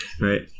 Right